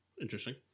Interesting